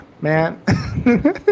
man